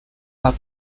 are